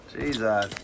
Jesus